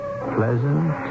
pleasant